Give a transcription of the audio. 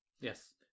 Yes